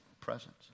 presence